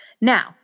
now